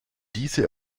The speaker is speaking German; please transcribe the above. diese